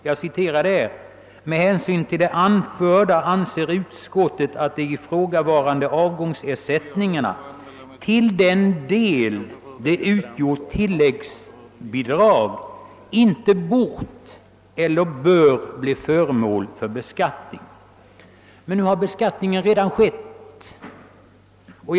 Jag citerar: »Med hänsyn till det anförda anser utskottet att de ifrågavarande avgångs ersättningarna — till den del de utgjort tilläggsbidrag — inte bort eller bör bli föremål för beskattning.» — Men nu har vissa bidrag redan blivit beskattade.